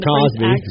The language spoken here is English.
Cosby